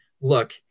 look